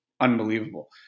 unbelievable